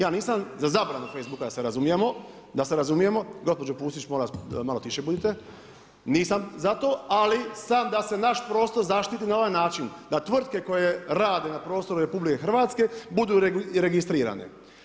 Ja nisam za zabranu Facebooka da se razumijemo, da se razumijemo, gospođo Pusić molim vas malo tiše budite, nisam za to, ali sam da se naš prostor zaštiti na ovaj način, da tvrtke koje rade na prostoru RH budu registrirane.